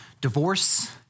divorce